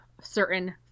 certain